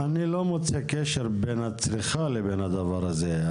אני לא מוצא קשר בין הצריכה לבין הדבר הזה.